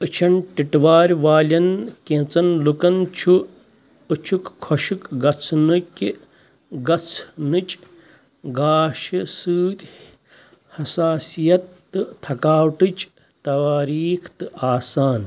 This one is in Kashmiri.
أچھَن ٹِٹوارِ والٮ۪ن کیٚنٛژَن لُکَن چھُ أچھُکھ خۄشِک گَژھنٕکہِ گژھنٕچ گاشہِ سۭتۍ حساسِیت تہٕ تھکاوٹٕچ تواریٖخ تہٕ آسان